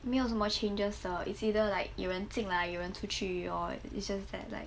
没有什么 changes 的 it's either like 有人进来有人出去 or it's just that like